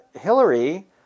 Hillary